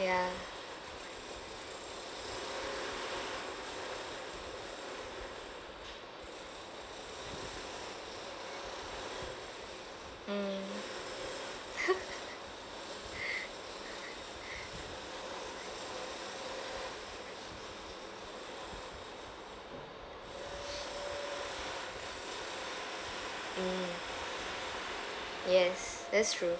ya mm mm yes that's true